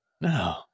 No